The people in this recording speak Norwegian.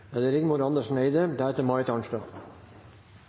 Da har representanten Rigmor Andersen Eide